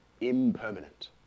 impermanent